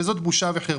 וזו בושה וחרפה.